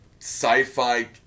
sci-fi